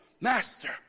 Master